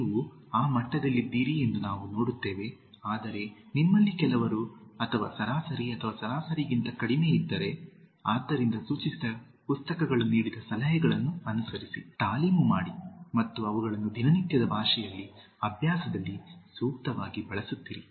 ನೀವು ಆ ಮಟ್ಟದಲ್ಲಿದ್ದೀರಿ ಎಂದು ನಾವು ನೋಡುತ್ತೇವೆ ಆದರೆ ನಿಮ್ಮಲ್ಲಿ ಕೆಲವರು ಅಥವಾ ಸರಾಸರಿ ಅಥವಾ ಸರಾಸರಿಗಿಂತ ಕಡಿಮೆ ಇದ್ದರೆ ಆದ್ದರಿಂದ ಸೂಚಿಸಿದ ಪುಸ್ತಕಗಳು ನೀಡಿದ ಸಲಹೆಗಳನ್ನು ಅನುಸರಿಸಿ ತಾಲೀಮು ಮಾಡಿ ಮತ್ತು ಅವುಗಳನ್ನು ದಿನನಿತ್ಯದ ಭಾಷೆಯಲ್ಲಿ ಅಭ್ಯಾಸದಲ್ಲಿ ಸೂಕ್ತವಾಗಿ ಬಳಸುತ್ತಿರಿ